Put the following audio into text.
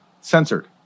censored